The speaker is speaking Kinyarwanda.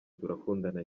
turakundana